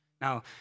Now